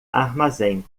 armazém